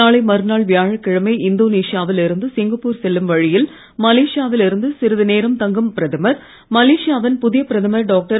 நாளை மறுநாள் வியாழக்கிழமை இந்தோனேஷியா வில் இருந்து சிங்கப்பூர் செல்லும் வழியில் மலேஷியா வில் சிறிது நேரம் தங்கும் பிரதமர் மலேஷியா வின் புதிய பிரதமர் டாக்டர்